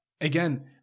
again